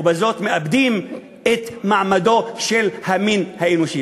ובזאת יאבדו את מעמדו של המין האנושי.